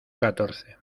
catorce